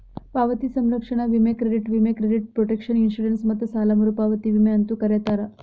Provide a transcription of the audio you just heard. ಪಾವತಿ ಸಂರಕ್ಷಣಾ ವಿಮೆ ಕ್ರೆಡಿಟ್ ವಿಮೆ ಕ್ರೆಡಿಟ್ ಪ್ರೊಟೆಕ್ಷನ್ ಇನ್ಶೂರೆನ್ಸ್ ಮತ್ತ ಸಾಲ ಮರುಪಾವತಿ ವಿಮೆ ಅಂತೂ ಕರೇತಾರ